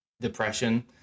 depression